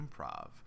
improv